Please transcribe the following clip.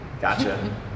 Gotcha